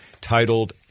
titled